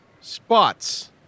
spots